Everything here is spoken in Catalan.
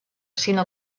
sinó